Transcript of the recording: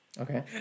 Okay